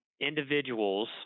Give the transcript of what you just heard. individuals